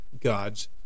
God's